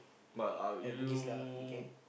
but I'll you